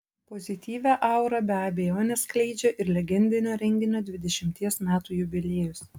pozityvią aurą be abejonės skleidžia ir legendinio renginio dvidešimties metų jubiliejus